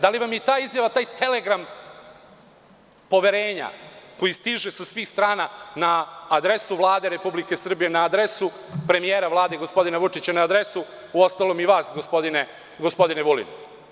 Da li vam je i ta izjava, taj telegram poverenja koji stiže sa svih strana na adresu Vlade Republike Srbije, na adresu premijera gospodina Vučića, na adresu, uostalom i vas, gospodine Vulin.